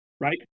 right